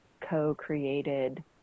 co-created